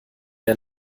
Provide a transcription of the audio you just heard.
der